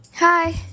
Hi